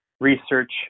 research